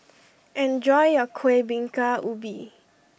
enjoy your Kueh Bingka Ubi